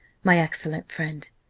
my excellent friend!